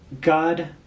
God